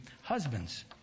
husbands